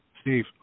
Steve